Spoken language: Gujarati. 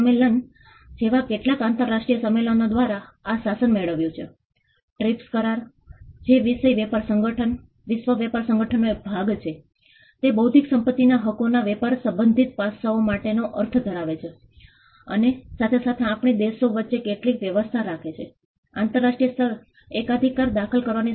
અમે ચાના સ્ટોલ અને જ્યુસ શોપ પર જ્યાં પણ ગમે ત્યાં જગ્યાઓ પર વાત કરી છે ત્યારબાદ તેઓએ આ વિસ્તારમાં પૂર અને પાણી ભરાવાની સમસ્યા વિશે વાત શરૂ કરી અને અમે સતત ચર્ચા કરી અને અમે કહ્યું કે અમે તમને મદદ કરી શકીએ